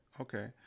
Okay